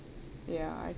ya I